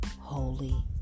holy